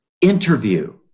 interview